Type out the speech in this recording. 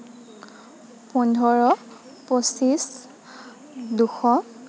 পোন্ধৰ পঁচিছ দুশ